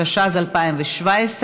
התשע"ז 2017,